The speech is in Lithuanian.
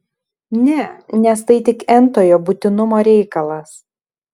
ne nes tai tik n tojo būtinumo reikalas